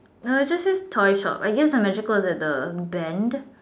no it just say toy shop I guess I'm actually close at the bend